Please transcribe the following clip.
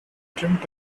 drink